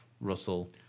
Russell